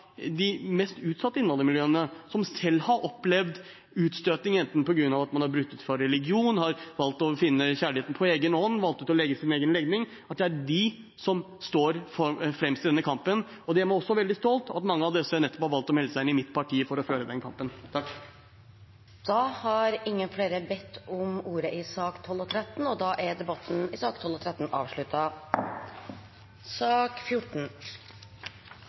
de siste årene har sett at folk fra de mest utsatte innvandrermiljøene – som selv har opplevd utstøting, enten på grunn av at man har brutt med religionen, valgt å finne kjærligheten på egen hånd eller har valgt å fortelle om sin egen legning – er de som står fremst i denne kampen. Det gjør meg også veldig stolt at mange av disse har valgt å melde seg inn i mitt parti for å føre den kampen. Flere har ikke bedt om ordet til sakene nr. 12 og 13.